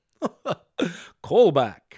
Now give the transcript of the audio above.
Callback